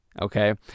okay